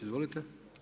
Izvolite.